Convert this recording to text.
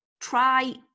try